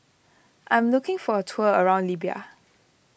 I'm looking for a tour around Libya